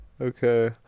Okay